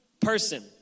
person